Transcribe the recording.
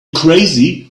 crazy